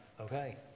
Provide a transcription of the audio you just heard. okay